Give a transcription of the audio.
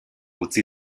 utzi